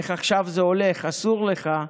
איך עכשיו זה הולך / אסור לך,